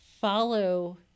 follow